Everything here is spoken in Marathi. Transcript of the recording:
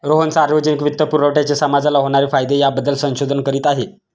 रोहन सार्वजनिक वित्तपुरवठ्याचे समाजाला होणारे फायदे याबद्दल संशोधन करीत आहे